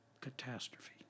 catastrophe